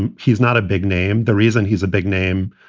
and he's not a big name. the reason he's a big name,